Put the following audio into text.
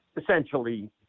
essentially